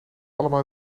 allemaal